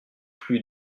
plus